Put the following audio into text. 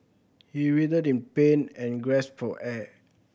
he writhed in pain and gasped for air